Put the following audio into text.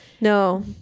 no